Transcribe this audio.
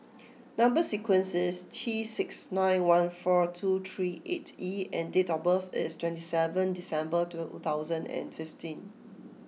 number sequence is T six nine one four two three eight E and date of birth is twenty seven December two thousand and fifteen